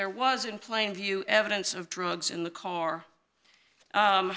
there was in plain view evidence of drugs in the car